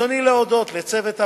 ברצוני להודות לצוות הוועדה,